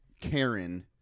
Karen